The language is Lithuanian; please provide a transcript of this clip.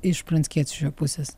iš pranckiečio pusės